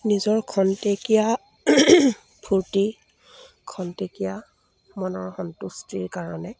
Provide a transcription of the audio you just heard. নিজৰ খন্তেকীয়া ফূৰ্তি খন্তেকীয়া মনৰ সন্তুষ্টিৰ কাৰণে